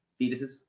Fetuses